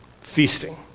feasting